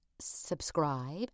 subscribe